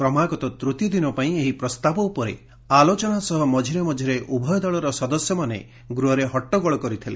କ୍ରମାଗତ ତୃତୀୟ ଦିନ ପାଇଁ ଏହି ପ୍ରସ୍ତାବ ଉପରେ ଆଲୋଚନା ସହ ମଝିରେ ମଝିରେ ଉଭୟ ଦଳର ସଦସ୍ୟମାନେ ଗୃହରେ ହଟ୍ଟଗୋଳ କରିଥିଲେ